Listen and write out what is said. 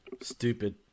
Stupid